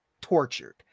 tortured